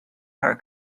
her